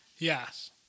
Yes